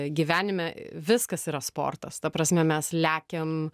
gyvenime viskas yra sportas ta prasme mes lekiam